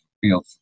feel